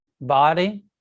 body